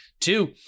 Two